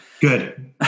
Good